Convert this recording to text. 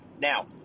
Now